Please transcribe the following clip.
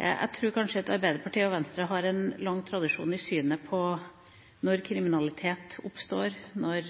Jeg tror kanskje at Arbeiderpartiet og Venstre har en lang tradisjon i synet på når kriminalitet oppstår, når